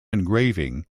engraving